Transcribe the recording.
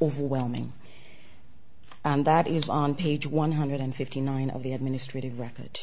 overwhelming and that is on page one hundred fifty nine of the administrative record